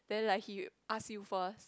then like he ask you first